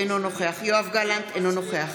אינו נוכח יואב גלנט, אינו נוכח